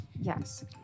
Yes